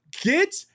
get